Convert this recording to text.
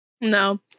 no